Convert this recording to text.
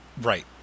Right